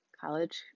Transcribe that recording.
college